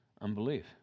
Unbelief